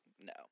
No